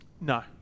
No